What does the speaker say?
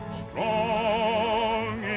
strong